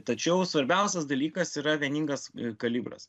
tačiau svarbiausias dalykas yra vieningas kalibras